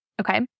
Okay